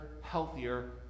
healthier